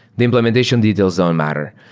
the implementation details don't matter.